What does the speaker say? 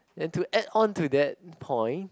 and to add on to that point